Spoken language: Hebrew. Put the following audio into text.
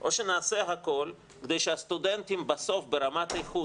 או שנעשה הכול כדי שהסטודנטים בסוף ברמת איכות,